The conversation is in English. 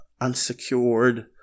unsecured